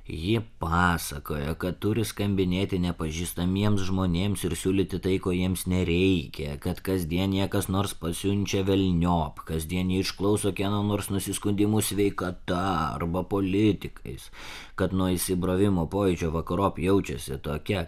ji pasakojo kad turi skambinėti nepažįstamiems žmonėms ir siūlyti tai ko jiems nereikia kad kasdien ją kas nors pasiunčia velniop kasdien ji išklauso kieno nors nusiskundimų sveikata arba politikais kad nuo įsibrovimo pojūčio vakarop jaučiasi tokia